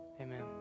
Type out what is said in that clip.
Amen